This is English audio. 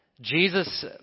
Jesus